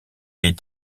est